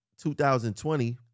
2020